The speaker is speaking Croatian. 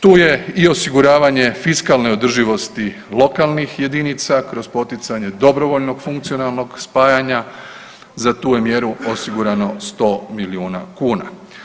Tu je i osiguravanje fiskalne održivosti lokalnih jedinica kroz poticanje dobrovoljnog funkcionalnog spajanja, za tu je mjeru osigurano 100 milijuna kuna.